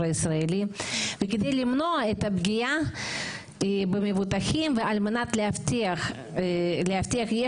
הישראלי וכדי למנוע את הפגיעה במבוטחים ועל מנת להבטיח יש